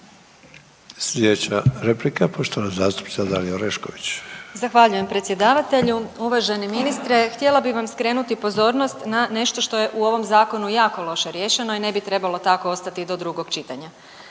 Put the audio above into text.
Dalija (Stranka s imenom i prezimenom)** Zahvaljujem predsjedavatelju. Uvaženi ministre. Htjela bih vam skrenuti pozornost na nešto što je u ovom zakonu jako loše riješeno i ne bi trebalo tako ostati do drugog čitanja.